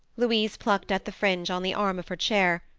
louise plucked at the fringe on the arm of her chair,